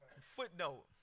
Footnote